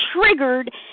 triggered